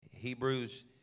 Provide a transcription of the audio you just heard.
Hebrews